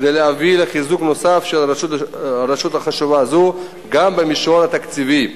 כדי להביא לחיזוק נוסף של רשות חשובה זו גם במישור התקציבי,